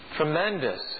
Tremendous